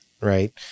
right